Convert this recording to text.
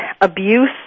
abuse